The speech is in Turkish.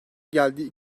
geldiği